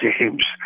games